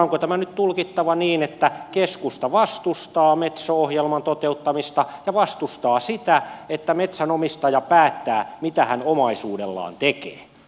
onko tämä nyt tulkittava niin että keskusta vastustaa metso ohjelman toteuttamista ja vastustaa sitä että metsänomistaja päättää mitä hän omaisuudellaan tekee